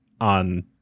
on